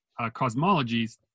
cosmologies